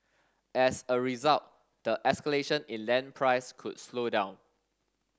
as a result the escalation in land price could slow down